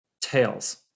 tails